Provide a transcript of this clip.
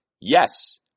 yes